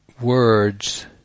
words